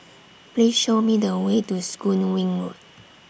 Please Show Me The Way to Soon Wing Road